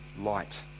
light